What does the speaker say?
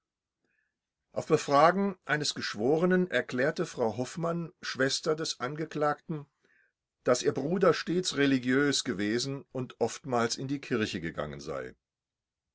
auf befragen eines geschworenen erklärte frau hoffmann schwester des angeklagten daß ihr bruder stets religiös gewesen und oftmals in die kirche gegangen sei